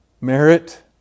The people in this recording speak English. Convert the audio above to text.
merit